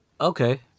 Okay